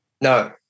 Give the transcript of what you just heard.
No